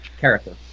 character